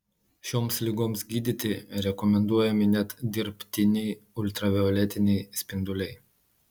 šioms ligoms gydyti rekomenduojami net dirbtiniai ultravioletiniai spinduliai